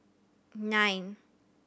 nine